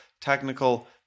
technical